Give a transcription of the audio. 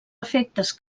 efectes